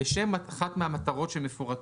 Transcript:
לשם אחת מהמטרות שמפורטות.